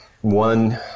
one